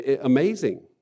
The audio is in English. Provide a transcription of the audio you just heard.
amazing